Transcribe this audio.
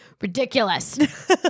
Ridiculous